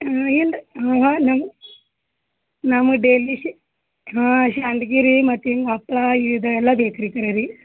ಹ್ಞೂ ಏನು ರೀ ನಮ್ಗೆ ನಮ್ಗೆ ಡೇಲಿ ಶ್ ಹಾಂ ಶಂಡ್ಗಿ ರೀ ಮತ್ತು ಹಿಂಗೆ ಹಪ್ಳ ಇದೆಲ್ಲ ಬೇಕು ರೀ ಖರೀದಿ